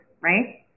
right